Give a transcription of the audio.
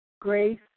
grace